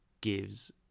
gives